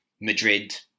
Madrid